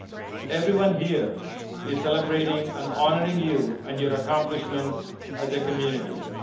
everyone here is celebrating and honoring you and your accomplishments as a community.